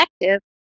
effective